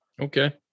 Okay